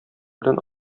белән